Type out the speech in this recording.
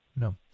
No